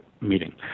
meeting